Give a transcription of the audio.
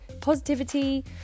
positivity